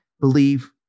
believe